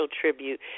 tribute